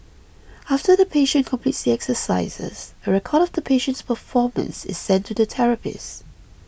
after the patient completes the exercises a record of the patient's performance is sent to the therapist